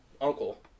uncle